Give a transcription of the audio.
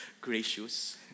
gracious